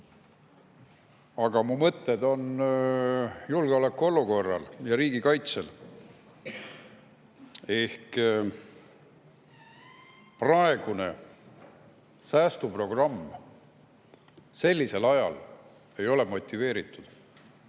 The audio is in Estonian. Aga mu mõtted on julgeolekuolukorral ja riigikaitsel. Praegune säästuprogramm sellisel ajal ei ole motiveeritud.